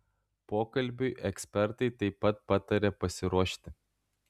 pokalbiui ekspertai taip pat pataria pasiruošti